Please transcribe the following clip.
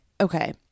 okay